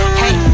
hey